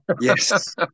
Yes